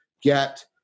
get